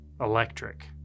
electric